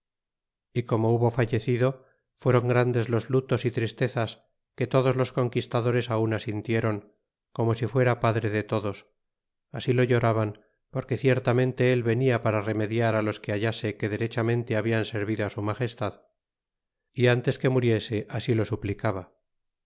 y como hubo fallecido fueron grandes los lutos y tristezas que todos los conquistadores á una sintiron como si fuera padre de todos así lo lloraban porque ciertamente él venia para remediar á los que hallase que derechamente hablan servido a su magestad y án tes que muriese así lo suplicaba